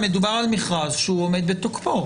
אבל לא קראנו את הסעיף.